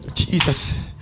Jesus